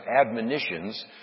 admonitions